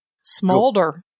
smolder